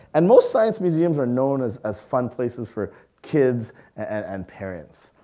and most science museums are known as as fun places for kids and parents,